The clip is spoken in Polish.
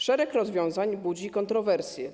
Szereg rozwiązań budzi kontrowersje.